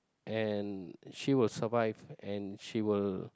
and she will survive and she will